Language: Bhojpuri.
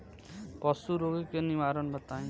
पशु रोग के निवारण बताई?